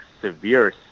severe